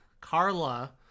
carla